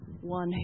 one